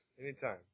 Anytime